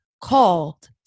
called